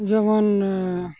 ᱡᱮᱢᱚᱱ